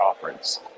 Conference